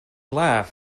laugh